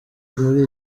muri